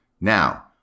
Now